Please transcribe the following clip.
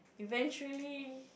eventually